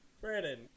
Brandon